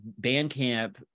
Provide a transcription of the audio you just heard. Bandcamp